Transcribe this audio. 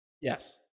Yes